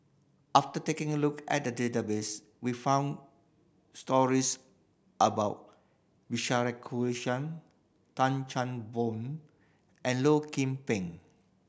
after taking a look at the database we found stories about Bilahari Kausikan Tan Chan Boon and Low Kim Pong